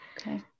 okay